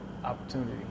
opportunity